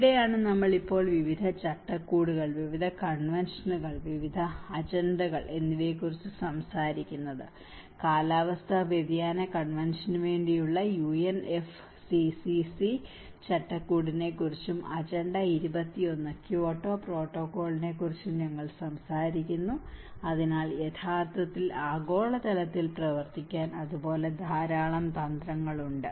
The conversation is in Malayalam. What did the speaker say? അവിടെയാണ് നമ്മൾ ഇപ്പോൾ വിവിധ ചട്ടക്കൂടുകൾ വിവിധ കൺവെൻഷനുകൾ വിവിധ അജണ്ടകൾ എന്നിവയെക്കുറിച്ച് സംസാരിക്കുന്നത് കാലാവസ്ഥാ വ്യതിയാന കൺവെൻഷനുവേണ്ടിയുള്ള UNFCCC ചട്ടക്കൂടിനെക്കുറിച്ചും അജണ്ട 21 ക്യോട്ടോ പ്രോട്ടോക്കോളിനെക്കുറിച്ചും ഞങ്ങൾ സംസാരിക്കുന്നു അതിനാൽ യഥാർത്ഥത്തിൽ ആഗോള തലത്തിൽ പ്രവർത്തിക്കാൻ ധാരാളം അതുപോലെ തന്ത്രങ്ങളുണ്ട്